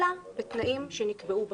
אלא בתנאים שנקבעו בחוק.